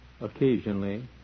Occasionally